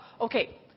okay